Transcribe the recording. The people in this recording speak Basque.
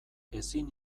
ezin